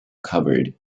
covered